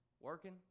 Working